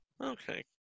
Okay